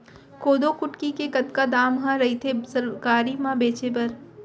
कोदो कुटकी के कतका दाम ह रइथे सरकारी म बेचे बर?